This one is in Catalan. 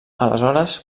aleshores